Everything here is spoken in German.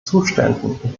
zuständen